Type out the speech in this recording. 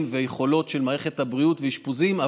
ויכולות של מערכת הבריאות ואשפוזים,